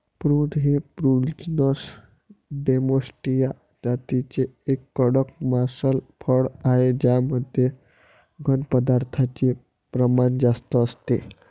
prune हे Prunus domestica जातीचे एक कडक मांसल फळ आहे ज्यामध्ये घन पदार्थांचे प्रमाण जास्त असते